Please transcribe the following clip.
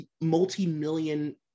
multi-million